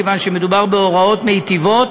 כיוון שמדובר בהוראות מיטיבות,